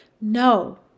No